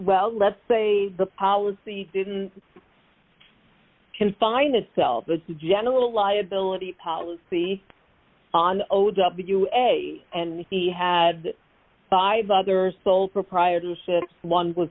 well let's say the policy didn't confine itself the general liability policy on o w a and he had five other sole proprietorships one was